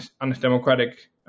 undemocratic